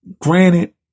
Granted